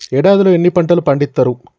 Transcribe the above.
ఏడాదిలో ఎన్ని పంటలు పండిత్తరు?